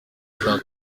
jean